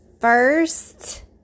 first